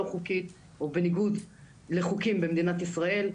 חוקית או בניגוד לחוקים במדינת ישראל,